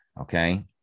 Okay